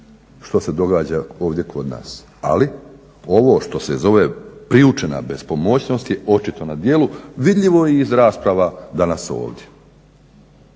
što se događa ovdje kod nas. Ali ovo što se zove priučena bespomoćnost je očito na djelu. Vidljivo je i iz rasprava danas ovdje.